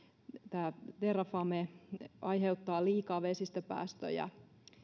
tämä terrafame aiheuttaa liikaa vesistöpäästöjä